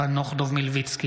אינה נוכחת חנוך דב מלביצקי,